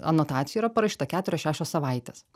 anotacijoj yra parašyta keturios šešios savaitės